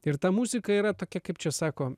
ir ta muzika yra tokia kaip čia sako